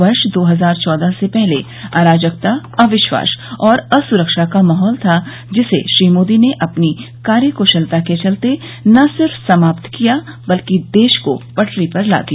वर्ष दो हजार चौदह से पहले अराजकता अविश्वास और असुरक्षा का माहौल था जिसे श्री मोदी ने अपनी कार्य क्शलता के चलते न सिर्फ समाप्त किया बल्कि देश को पटरी पर ला दिया